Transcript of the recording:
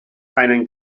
einen